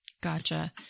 Gotcha